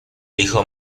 hijo